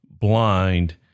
blind